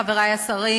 חברי השרים,